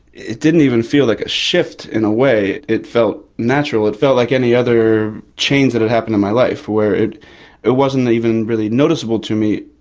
it didn't even feel like a shift in a way, it felt natural, it felt like any other change that had happened in my life, where it it wasn't even really noticeable to me.